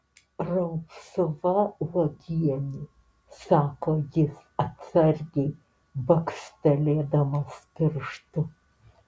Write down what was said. rausva uogienė sako jis atsargiai bakstelėdamas pirštu